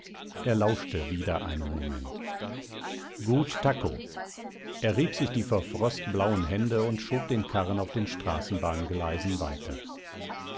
er lauschte wieder einen moment gut takko er rieb sich die vor frost blauen hände und schob den karren auf den straßenbahngleisen weiter